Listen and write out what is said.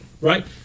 Right